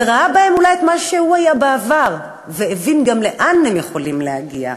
הוא ראה בהם אולי את מה שהוא היה בעבר והבין גם לאן הם יכולים להגיע.